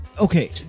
Okay